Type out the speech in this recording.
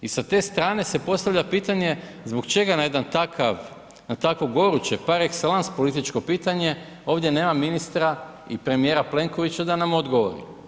I sa te strane se postavlja pitanje zbog čega na jedan takav, na takvo goruće par excellence političko pitanje, ovdje nema ministra i premijera Plenkovića da nam odgovori.